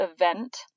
event